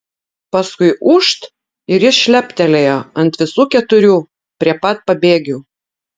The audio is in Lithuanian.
paskui ūžt ir jis šleptelėjo ant visų keturių prie pat pabėgių